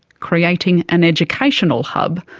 creating an educational hub,